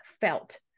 felt